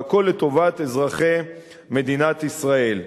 והכול לטובת אזרחי מדינת ישראל.